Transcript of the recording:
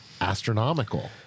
astronomical